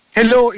Hello